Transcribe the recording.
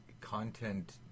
content